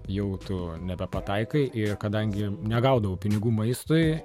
jau tu nebepataikai i kadangi negaudavau pinigų maistui